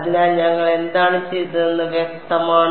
അതിനാൽ ഞങ്ങൾ എന്താണ് ചെയ്തതെന്ന് വ്യക്തമാണ്